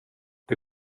det